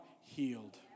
healed